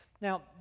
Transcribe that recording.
Now